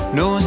no